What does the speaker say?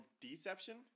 deception